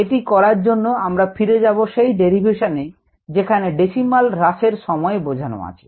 এটি করার জন্য আমরা ফিরে যাব সেই ডেরিভেসানএ যেখানে ডেসিমাল এর হ্রাস সময় বোঝানো আছে